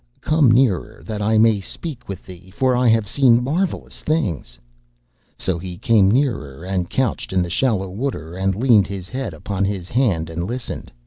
come nearer, that i may speak with thee, for i have seen marvellous things so he came nearer, and couched in the shallow water, and leaned his head upon his hand and listened.